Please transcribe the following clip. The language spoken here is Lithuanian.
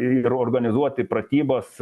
ir organizuoti pratybas